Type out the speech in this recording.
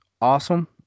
awesome